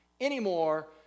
anymore